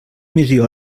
missió